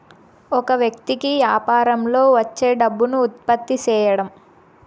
ఒక వ్యక్తి కి యాపారంలో వచ్చే డబ్బును ఉత్పత్తి సేయడం